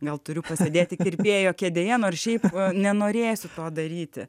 gal turiu pasėdėti kirpėjo kėdėje nors šiaip nenorėsiu to daryti